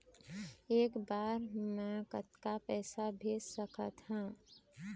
एक बार मे कतक पैसा भेज सकत हन?